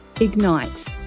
Ignite